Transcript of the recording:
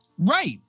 Right